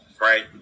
Right